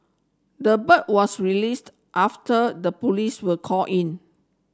the bird was released after the police were called in